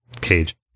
Cage